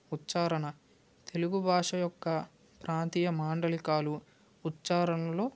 ఉచ్చారణ తెలుగు భాష యొక్క ప్రాంతీయ మాండలికాలు ఉచ్చారణలో